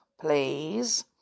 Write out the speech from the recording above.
please